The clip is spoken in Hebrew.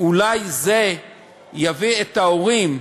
אולי זה יביא את ההורים,